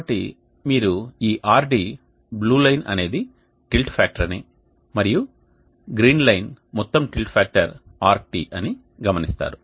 కాబట్టి మీరు ఈ Rd బ్లూ లైన్ అనేది టిల్ట్ ఫ్యాక్టర్ అని మరియు గ్రీన్ లైన్ మొత్తం టిల్ట్ ఫ్యాక్టర్ Rt అని గమనిస్తారు